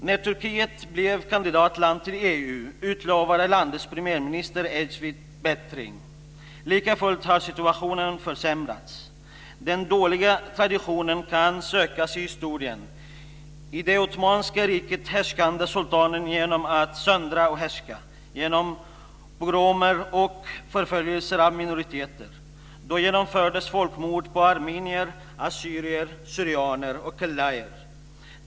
När Turkiet blev kandidatland till EU utlovade landets premiärminister Ecevit bättring. Likafullt har situationen försämrats. Den dåliga traditionen kan sökas i historien. I det ottomanska riket härskade sultanen genom att söndra, genom pogromer och förföljelser av minoriteter. Då genomfördes folkmord på armenier, assyrier/syrianer och kaldéer.